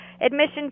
admission